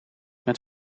met